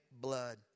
blood